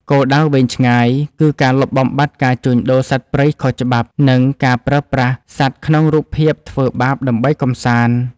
គោលដៅវែងឆ្ងាយគឺការលុបបំបាត់ការជួញដូរសត្វព្រៃខុសច្បាប់ និងការប្រើប្រាស់សត្វក្នុងរូបភាពធ្វើបាបដើម្បីកម្សាន្ត។